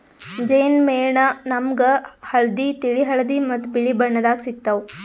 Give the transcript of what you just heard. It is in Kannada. ಜೇನ್ ಮೇಣ ನಾಮ್ಗ್ ಹಳ್ದಿ, ತಿಳಿ ಹಳದಿ ಮತ್ತ್ ಬಿಳಿ ಬಣ್ಣದಾಗ್ ಸಿಗ್ತಾವ್